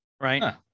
right